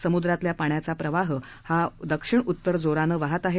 समुद्रातल्या पाण्याचा प्रवाह हा दक्षिण उत्तर जोराने वाहत आहे